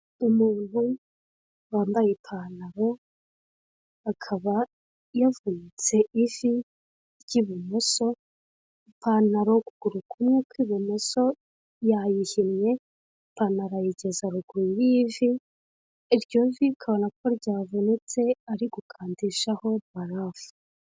Umuntu wambaye ipantaro, akaba yavunitse ivi ry'ibumoso, ipantaro y'ukuguru kumwe kw'ibumoso yayihinnye, ipantaro ayigeza ruguru y'ivi, iryo vi ukabona ko ryavunitse ari gukandishaho barafu.